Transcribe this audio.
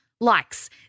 likes